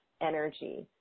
energy